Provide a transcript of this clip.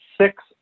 six